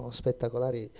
spettacolari